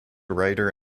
writer